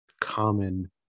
common